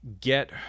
get